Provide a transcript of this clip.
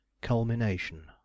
Culmination